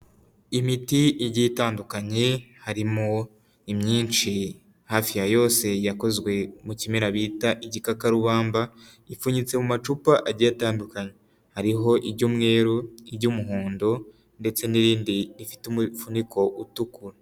Imiti igiye itandukanye, harimo imyinshi hafi ya yose yakozwe mu kimera bita igikakarubamba, ipfunyitse mu macupa agiye atandukanye, hariho ry'umweru ry'umuhondo ndetse n'irindi ifite umufuniko utukura.